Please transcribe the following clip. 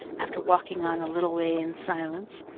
after walking on a little way in silence.